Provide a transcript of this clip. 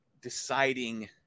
deciding